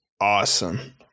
awesome